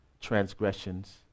transgressions